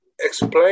explain